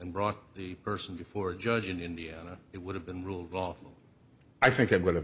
and brought the person before a judge in india it would have been ruled lawful i think it would have